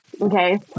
Okay